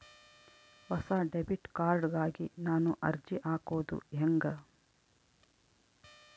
ಹೊಸ debit card ಗಾಗಿ ನಾನು ಅರ್ಜಿ ಹಾಕೊದು ಹೆಂಗ?